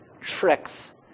tricks